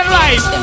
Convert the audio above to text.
life